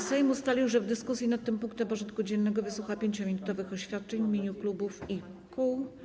Sejm ustalił, że w dyskusji nad tym punktem porządku dziennego wysłucha 5-minutowych oświadczeń w imieniu klubów i kół.